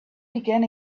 began